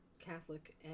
catholic